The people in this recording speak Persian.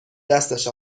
دستش